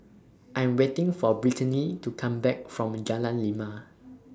I Am waiting For Brittany to Come Back from Jalan Lima